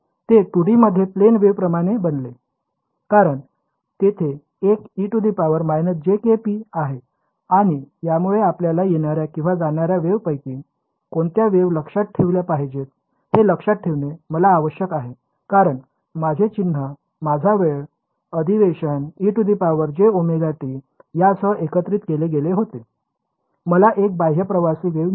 ते 2D मध्ये plane वेव्हप्रमाणे बनले कारण तेथे एक e−jkρ आहे आणि यामुळे आपल्याला येणाऱ्या किंवा जाणाऱ्या वेव्हपैकी कोणत्या वेव्ह लक्षात ठेवल्या पाहिजेत हे लक्षात ठेवणे मला आवश्यक आहे कारण माझे चिन्ह माझा वेळ अधिवेशन ejωt यासह एकत्रित केले गेले होते मला एक बाह्य प्रवासी वेव्ह मिळाली